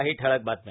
काही ठळक बातम्या